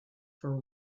for